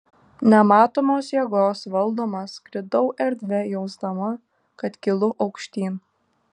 nematomos jėgos valdoma skridau erdve jausdama kad kylu aukštyn